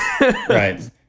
Right